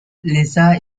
lisa